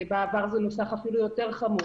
ובעבר זה נוסח אפילו יותר חמור,